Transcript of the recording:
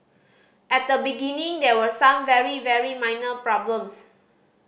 at the beginning there were some very very minor problems